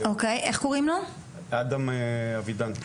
אדם אבידן.